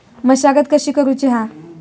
मशागत कशी करूची हा?